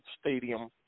stadium